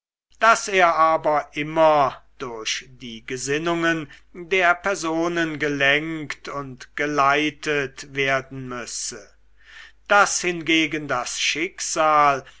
daß er aber immer durch die gesinnungen der personen gelenkt und geleitet werden müsse daß hingegen das schicksal